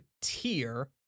tier